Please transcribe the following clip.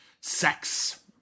sex